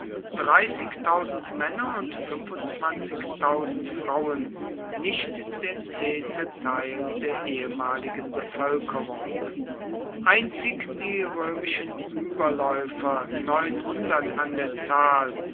männer und frauen nicht der zehnte teil der ehemaligen bevölkerung einzig die römischen überläufer an der zahl